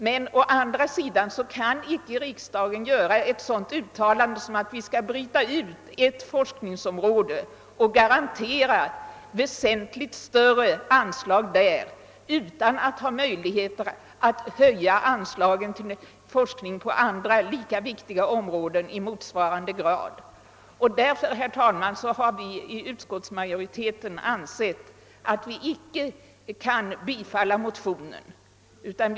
Men å andra sidan kan riksdagen inte göra ett uttalande som innebär att vi bryter ut ett forskningsområde och garanterar det väsentligt större anslag, när vi inte har möjligheter att höja anslagen till forskning på andra lika viktiga områden i motsvarande grad. Utskottsmajoriteten har därför inte ansett sig kunna biträda motionärernas yrkande.